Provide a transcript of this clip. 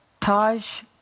Taj